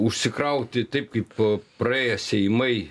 užsikrauti taip kaip praėję seimai